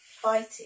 fighting